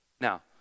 Now